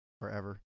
forever